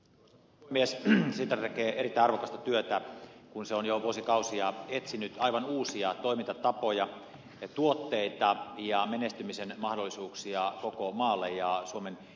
sitra tekee erittäin arvokasta työtä kun se on jo vuosikausia etsinyt aivan uusia toimintatapoja ja tuotteita ja menestymisen mahdollisuuksia koko maalle ja suomen yrityskentälle